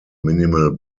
minimal